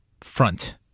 front